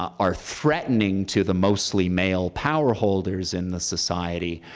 are threatening to the mostly male power holders in the society,